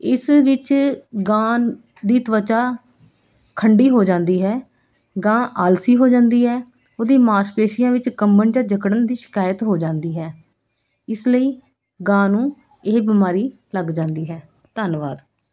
ਇਸ ਵਿੱਚ ਗਾਂ ਦੀ ਤਵਚਾ ਖੰਡੀ ਹੋ ਜਾਂਦੀ ਹੈ ਗਾਂ ਆਲਸੀ ਹੋ ਜਾਂਦੀ ਹੈ ਉਹਦੀ ਮਾਸਪੇਸ਼ੀਆਂ ਵਿੱਚ ਕੰਬਣ ਜਾਂ ਜਕੜਨ ਦੀ ਸ਼ਿਕਾਇਤ ਹੋ ਜਾਂਦੀ ਹੈ ਇਸ ਲਈ ਗਾਂ ਨੂੰ ਇਹ ਬਿਮਾਰੀ ਲੱਗ ਜਾਂਦੀ ਹੈ ਧੰਨਵਾਦ